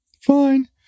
fine